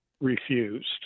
refused